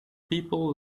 people